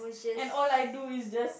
and all I do is just